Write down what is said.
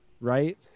right